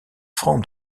francs